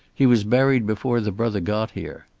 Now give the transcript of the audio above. he was buried before the brother got here.